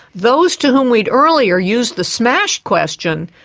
those to whom we'd earlier used the smashed question,